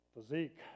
physique